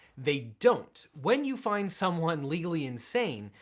they don't. when you find someone legally insane,